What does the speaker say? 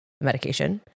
medication